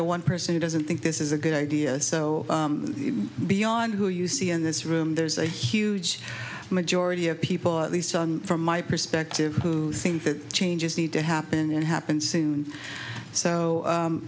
to one person who doesn't think this is a good idea so beyond who you see in this room there's a huge majority of people at least from my perspective think that changes need to happen and happen soon